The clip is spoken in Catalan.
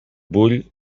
vull